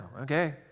okay